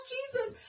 Jesus